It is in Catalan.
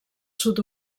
sud